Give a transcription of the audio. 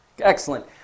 Excellent